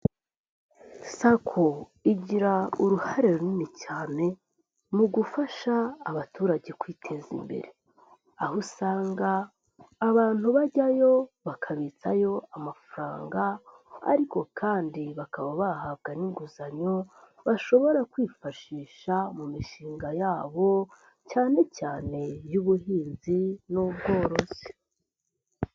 Sacco igira uruhare runini cyane mu gufasha abaturage kwiteza imbere, aho usanga abantu bajyayo bakabitsayo amafaranga ariko kandi bakaba bahabwa n'inguzanyo bashobora kwifashisha mu mishinga yabo cyane cyane iy'ubuhinzi n'ubworozi.